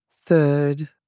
Third